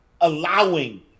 allowing